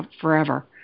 forever